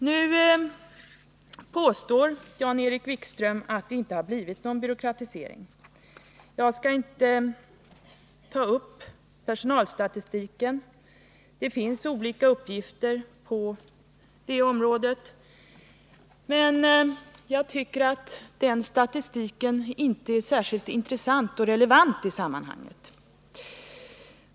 Nu påstår Jan-Erik Wikström att det inte har blivit någon byråkratisering. Jag skall inte ta upp personalstatistiken — det finns olika uppgifter på det området. Jag tycker att den statistiken inte är särskilt intressant och relevant i sammanhanget.